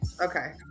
okay